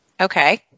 Okay